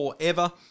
forever